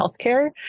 healthcare